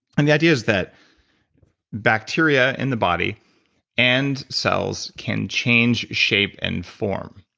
and the idea is that bacteria in the body and cells can change shape and form.